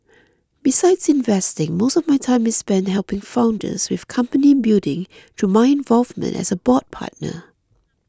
besides investing most of my time is spent helping founders with company building through my involvement as a board partner